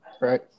Right